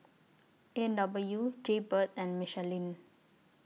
A and W Jaybird and Michelin